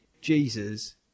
jesus